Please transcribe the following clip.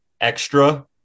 extra